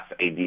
ad